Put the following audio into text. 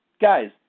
guys